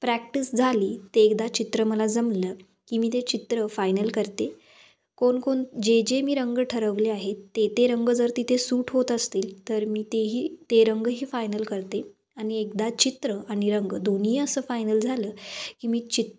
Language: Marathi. प्रॅक्टिस झाली ते एकदा चित्र मला जमलं की मी ते चित्र फायनल करते कोणकोण जे जे मी रंग ठरवले आहेत ते ते रंग जर तिथे सूट होत असतील तर मी तेही ते रंगही फायनल करते आणि एकदा चित्र आणि रंग दोन्ही असं फायनल झालं की मी चित्